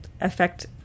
affect